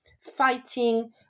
fighting